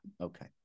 Okay